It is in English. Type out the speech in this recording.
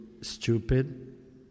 stupid